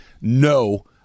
no –